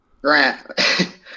grant